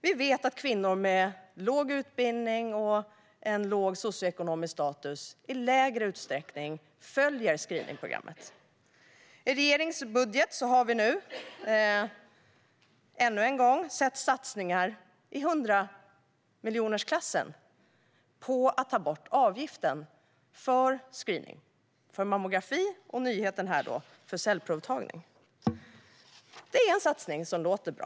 Vi vet att kvinnor med låg utbildning och låg socioekonomisk status i mindre utsträckning följer screeningprogrammet. I regeringens budget har vi nu ännu en gång sett satsningar i hundramiljonersklassen på att ta bort avgiften för screening med mammografi och nyheten här med cellprovtagning. Det är en satsning som låter bra.